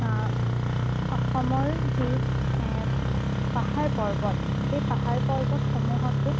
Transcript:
অসমৰ যি পাহাৰ পৰ্বত সেই পাহাৰ পৰ্বতসমূহতো